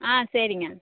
ஆ சரிங்க